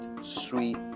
sweet